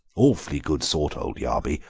awfully good sort, old yarby,